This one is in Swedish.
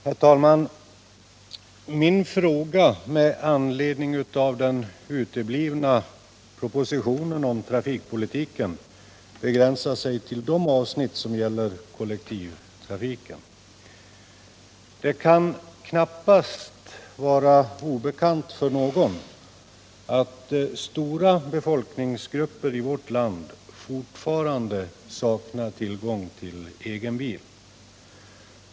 Herr talman! Min interpellation med anledning av den uteblivna propositionen om trafikpolitiken begränsar sig till de avsnitt som gäller kollektivtrafiken. Det kan knappast vara obekant för någon att stora befolkningsgrupper i vårt land fortfarande saknar tillgång till egen bil.